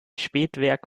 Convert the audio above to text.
spätwerk